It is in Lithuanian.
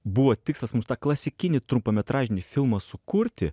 buvo tikslas tą klasikinį trumpametražinį filmą sukurti